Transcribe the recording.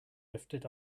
lifted